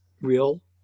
real